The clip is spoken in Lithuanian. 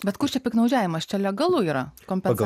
bet koks piktnaudžiavimas čia legalu yra kompensuoti